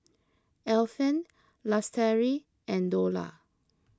Alfian Lestari and Dollah